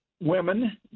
women